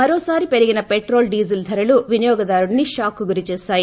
మరోసారి పెరిగిన petrol diesel ధరలు వినియోగిదారుడిని షాక్ కు గురిచేశాయి